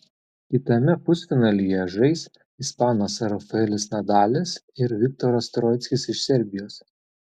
kitame pusfinalyje žais ispanas rafaelis nadalis ir viktoras troickis iš serbijos